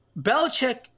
Belichick